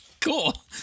Cool